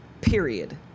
Period